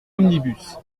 omnibus